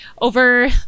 over